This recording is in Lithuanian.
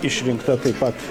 išrinkta taip pat